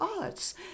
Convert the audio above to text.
arts